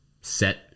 set